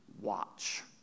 watch